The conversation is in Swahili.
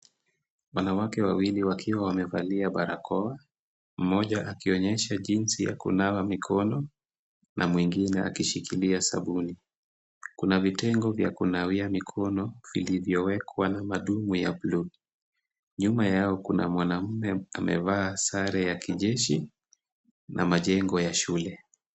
Wanawake wawili wakiwa wamevalia barakoa, mmoja akionyesha jinsi ya kunawa mikono na mwingine akishikilia sabuni. Kuna vitengo vya kunawia mikono vilivyowekwa na madumu ya blue .Nyuma yao kuna mwanaume amevaa sare ya kijeshi na majengo ya shule.